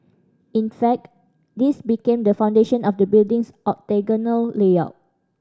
in fact this became the foundation of the building's octagonal layout